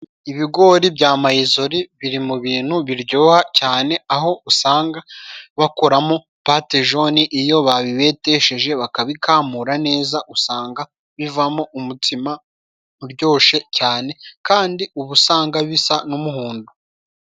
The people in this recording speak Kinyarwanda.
Ibigori bya mayizori biri mu bintu biryoha cyane aho usanga bakoramo Patejoni, iyo babibetesheje bakabikamura neza usanga bivamo umutsima uryoshye cyane kandi ubu usanga bisa n'umuhondo.